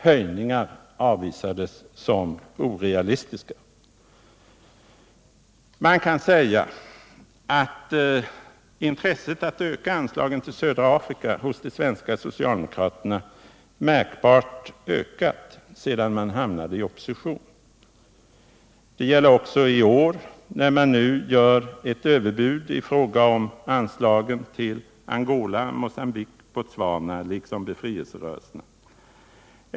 Höjningar avvisades som orealistiska. Man kan säga att intresset för att höja anslagen till södra Afrika hos de svenska socialdemokraterna märkbart ökat sedan man hamnade i opposition. Det gäller också i år, när man framlägger ett överbud i fråga om anslagen till Angola, Mogambique och Botswana, liksom till befrielserörelserna.